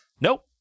Nope